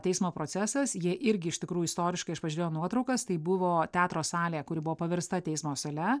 teismo procesas jie irgi iš tikrųjų istoriškai aš pažiūrėjau nuotraukas tai buvo teatro salė kuri buvo paversta teismo sale